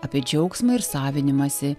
apie džiaugsmą ir savinimąsį